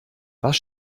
was